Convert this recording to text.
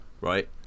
right